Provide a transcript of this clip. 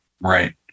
Right